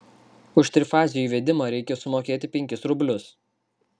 už trifazio įvedimą reikia sumokėti penkis rublius